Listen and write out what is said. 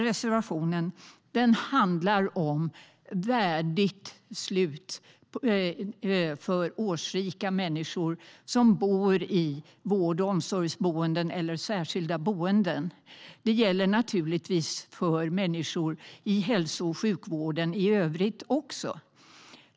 Reservation 27 handlar om värdigt slut för årsrika människor som bor i vård och omsorgsboenden eller särskilda boenden. Det gäller naturligtvis för människor i hälso och sjukvården i övrigt också.